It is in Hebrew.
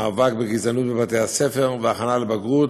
מאבק בגזענות בבתי-הספר והכנה לבגרות.